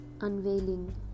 unveiling